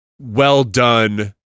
well-done